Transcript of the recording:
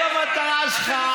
תשאל אותו, כל המטרה שלך,